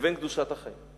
לבין קדושת החיים,